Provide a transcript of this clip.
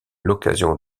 l’occasion